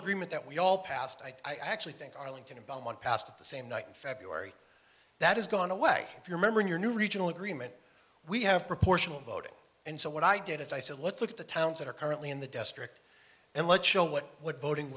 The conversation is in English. agreement that we all passed i actually think arlington in belmont passed at the same night in february that has gone away if you remember in your new regional agreement we have proportional voting and so what i did as i said let's look at the towns that are currently in the district and let's show what what voting